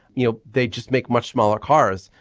you know they just make much smaller cars.